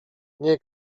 nie